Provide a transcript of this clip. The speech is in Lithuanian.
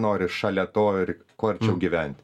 nori šalia to ir kur arčiau gyventi